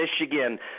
Michigan